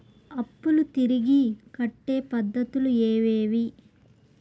అప్పులు తిరిగి కట్టే పద్ధతులు ఏవేవి